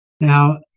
Now